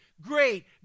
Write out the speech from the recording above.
great